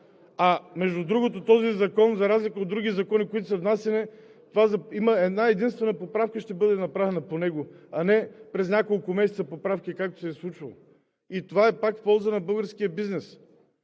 а, между другото, този закон – за разлика от други закони, които са внасяни, има една-единствена поправка, която ще бъде направена по него, а не през няколко месеца поправки, както се е случвало. И това е пак в полза на българския бизнес.